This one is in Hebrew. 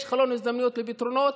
יש חלון הזדמנויות לפתרונות.